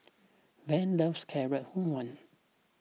Van loves Carrot Halwa